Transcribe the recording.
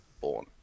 born